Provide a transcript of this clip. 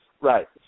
Right